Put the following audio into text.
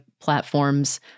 platforms